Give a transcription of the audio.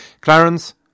Clarence